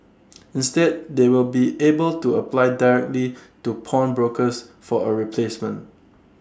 instead they will be able to apply directly to pawnbrokers for A replacement